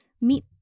meet